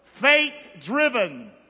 Faith-driven